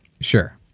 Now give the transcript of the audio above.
Sure